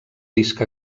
disc